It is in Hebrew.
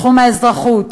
תחום האזרחות,